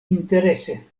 interese